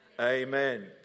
Amen